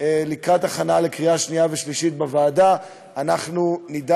לקראת הכנה לקריאה שנייה ושלישית בוועדה אנחנו נדע